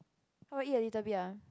I will eat a little bit ah